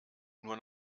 nur